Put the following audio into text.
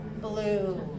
Blue